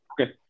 Okay